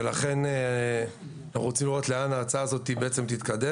ולכן אנחנו רוצים לראות לאן ההצעה הזו תתקדם.